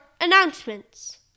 announcements